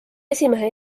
esimehe